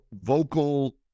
vocal